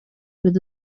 with